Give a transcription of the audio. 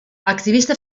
activista